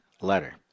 letter